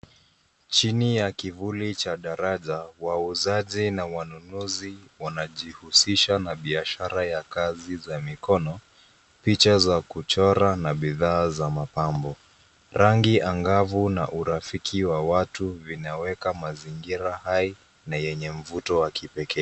Chini ya kivuli cha daraja, wauzaji na wanunuzi wanajihusisha na biashara ya kazi za mikono, picha za kuchora na bidhaa za mapambo . Rangi angavu na urafiki wa watu vinaweka mazingira hai na yenye mvuto wa kipekee.